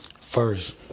First